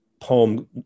poem